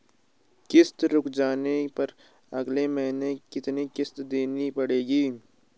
किश्त रुक जाने पर अगले माह कितनी किश्त देनी पड़ेगी?